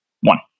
One